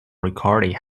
recorded